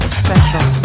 special